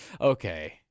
okay